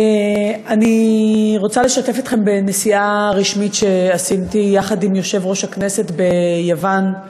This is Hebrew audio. אני רוצה לשתף אתכם בנסיעה רשמית שעשיתי יחד עם יושב-ראש הכנסת ליוון.